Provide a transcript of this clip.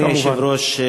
אדוני היושב-ראש,